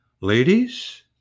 ladies